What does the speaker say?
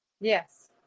Yes